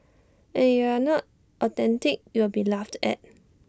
and if you are not authentic you will be laughed at